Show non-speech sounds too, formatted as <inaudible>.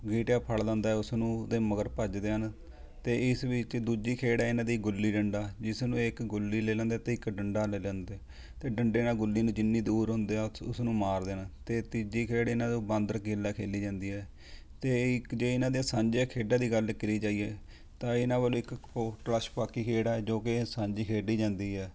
ਗੀਟਾ ਫੜ੍ਹ ਲੈਦਾ ਹੈ ਉਸਨੂੰ ਉਹਦੇ ਮਗਰ ਭੱਜਦੇ ਹਨ ਅਤੇ ਇਸ ਵਿੱਚ ਦੂਜੀ ਖੇਡ ਹੈ ਇਹਨਾਂ ਦੀ ਗੁੱਲੀ ਡੰਡਾ ਜਿਸਨੂੰ ਇਹ ਇੱਕ ਗੁੱਲੀ ਲੈ ਲੈਂਦੇ ਹੈ ਅਤੇ ਇੱਕ ਡੰਡਾ ਲੈ ਲੈਂਦੇ ਹੈ ਅਤੇ ਡੰਡੇ ਨਾਲ ਗੁੱਲੀ ਨੂੰ ਜਿੰਨੀ ਦੂਰ ਹੁੰਦੇ ਆ ਉਸਨੂੰ ਮਾਰਦੇ ਹਨ ਅਤੇ ਤੀਜੀ ਖੇਡ ਇਹਨਾਂ ਨੂੰ ਬਾਂਦਰ ਗਿੱਲਾਂ ਖੇਲੀ ਜਾਂਦੀ ਹੈ ਅਤੇ ਇੱਕ ਜੇ ਇਹਨਾਂ ਦੀ ਸਾਂਝਿਆ ਖੇਡਾਂ ਦੀ ਗੱਲ ਕਰੀ ਜਾਈਏ ਤਾਂ ਇਹਨਾਂ ਬਾਰੇ ਇੱਕ <unintelligible> ਛਿਪਾਕੀ ਖੇਡ ਹੈ ਜੋ ਕਿ ਇਹ ਸਾਂਝੀ ਖੇਡੀ ਜਾਂਦੀ ਹੈ